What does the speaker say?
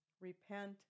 Repent